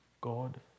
God